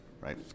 right